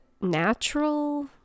natural